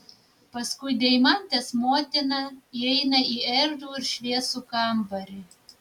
paskui deimantės motiną įeina į erdvų ir šviesų kambarį